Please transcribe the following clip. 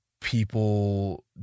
people